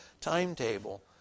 timetable